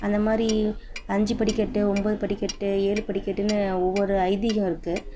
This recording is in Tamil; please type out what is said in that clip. அந்த மாதிரி அஞ்சு படிக்கட்டு ஒம்போது படிக்கட்டு ஏழு படிக்கட்டுன்னு ஒவ்வொரு ஐதீகம் இருக்குது